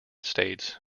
states